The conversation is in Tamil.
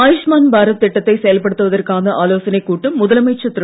ஆயுஷ்மான் பாரத் திட்டத்தை செயல்படுத்துவதற்கான ஆலோசனைக் கூட்டம் முதலமைச்சர் திரு